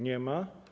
Nie ma.